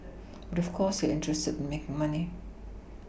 but of course they are interested in making money